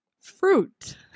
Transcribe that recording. Fruit